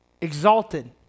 exalted